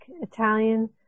Italian